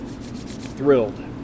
thrilled